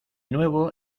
nuevo